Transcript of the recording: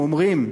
הם אומרים: